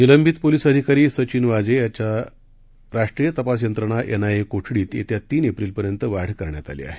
निलंबित पोलीस अधिकारी सचिन वाजे याच्या राष्ट्रीय तपास यंत्रणा एनआयए कोठडीत येत्या तीन एप्रिलपर्यंत वाढ करण्यात आली आहे